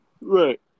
Right